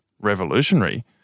revolutionary